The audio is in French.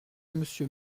monsieur